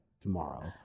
tomorrow